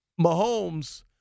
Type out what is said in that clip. Mahomes